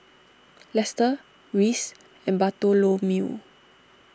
Lester Reece and Bartholomew